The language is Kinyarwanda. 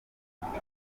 harya